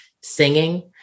singing